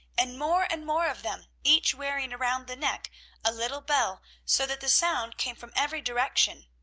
and more and more of them, each wearing around the neck a little bell so that the sound came from every direction.